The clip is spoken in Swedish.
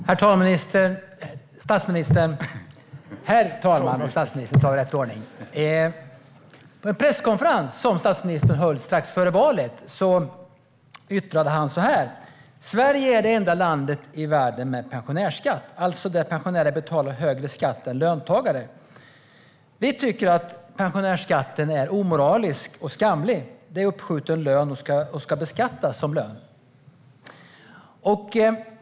Herr talman! På en presskonferens som statsministern höll strax före valet yttrade han detta: "Sverige är enda landet i världen med pensionärsskatt. Alltså där pensionärer betalar högre skatt än löntagare. Vi tycker att pensionärsskatten är omoralisk och skamlig. Pension är uppskjuten lön och ska beskattas som lön."